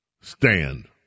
stand